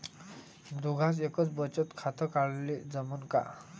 दोघाच एकच बचत खातं काढाले जमनं का?